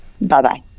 Bye-bye